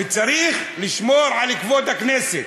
וצריך לשמור על כבוד הכנסת.